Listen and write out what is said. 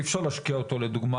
אי אפשר להשקיע אותו לדוגמא